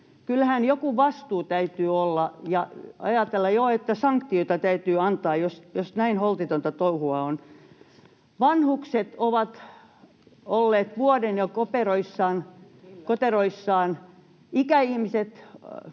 Kyllähän joku vastuu täytyy olla ja ajatella, että sanktioita täytyy jo antaa, jos näin holtitonta touhua on. Vanhukset ovat olleet jo vuoden koteroissaan, ikäihmiset